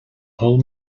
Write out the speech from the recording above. whole